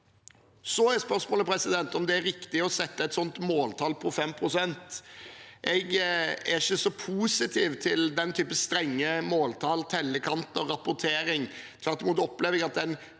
Så er spørsmålet om det er riktig å sette et måltall på 5 pst. Jeg er ikke så positiv til den type strenge måltall, tellekanter og rapportering. Tvert imot opplever jeg at den